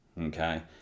Okay